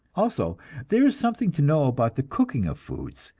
also there is something to know about the cooking of foods,